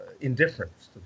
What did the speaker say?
indifference